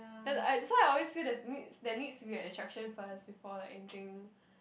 and I so I always feel there needs there needs to be an attraction first before like anything